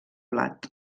blat